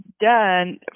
done